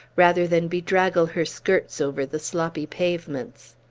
rather than bedraggle her skirts over the sloppy pavements.